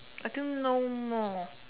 I think no more